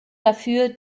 dafür